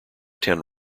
ten